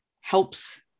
helps